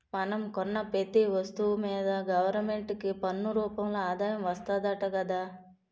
మనం కొన్న పెతీ ఒస్తువు మీదా గవరమెంటుకి పన్ను రూపంలో ఆదాయం వస్తాదట గదా